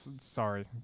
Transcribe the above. sorry